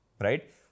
right